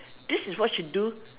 this is what you do